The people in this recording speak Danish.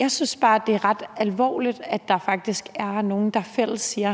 Jeg synes bare, det er ret alvorligt, at der faktisk er nogen, der fælles siger,